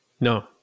No